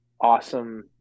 awesome